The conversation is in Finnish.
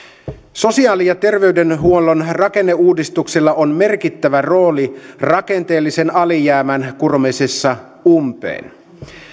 sosiaali ja terveydenhuollon rakenneuudistuksella on merkittävä rooli rakenteellisen alijäämän kuromisessa umpeen